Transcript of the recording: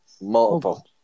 Multiple